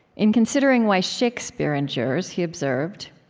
in considering why shakespeare endures, he observed,